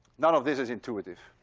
none of this is intuitive.